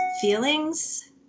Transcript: feelings